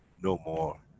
no more,